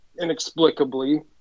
inexplicably